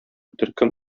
төркем